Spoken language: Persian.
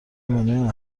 منوی